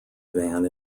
van